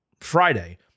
Friday